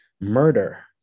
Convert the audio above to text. murder